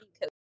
Coach